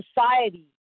society